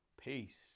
peace